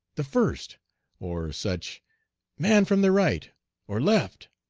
the first or such man from the right or left.